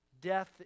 death